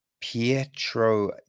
Pietro